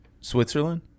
Switzerland